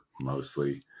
mostly